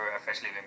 officially